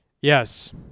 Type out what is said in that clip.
Yes